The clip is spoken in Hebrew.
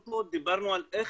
אנחנו פה דיברנו על איך